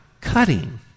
cutting